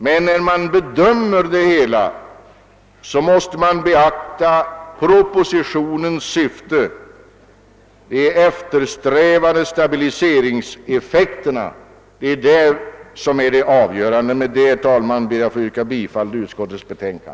Men när man bedömer det hela måste man beakta propositionens syfte. De eftersträvade stabiliseringseffekterna är det avgörande. Med detta, herr talman, ber jag att få yrka bifall till utskottets hemställan.